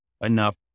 enough